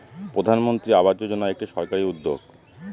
প্রধানমন্ত্রী আবাস যোজনা একটি সরকারি উদ্যোগ